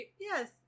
yes